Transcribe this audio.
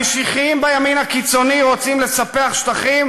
המשיחיים בימין הקיצוני רוצים לספח שטחים